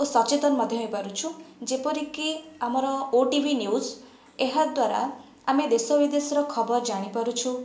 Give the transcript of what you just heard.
ଓ ସଚେତନ ମଧ୍ୟ ହୋଇ ପାରୁଛୁ ଯେପରି କି ଆମର ଓଟିଭି ନ୍ୟୁଜ ଏହା ଦ୍ୱାରା ଆମେ ଦେଶ ବିଦେଶର ଖବର ଜାଣି ପାରୁଛୁ